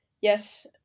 yes